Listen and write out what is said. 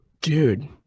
dude